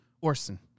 Orson